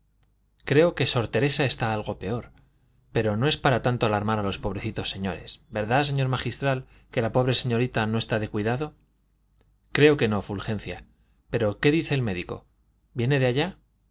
creo que sor teresa está algo peor pero no es para tanto alarmar a los pobrecitos señores verdad señor magistral que la pobre señorita no está de cuidado creo que no fulgencia pero qué dice el médico viene de allá